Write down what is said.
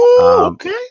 Okay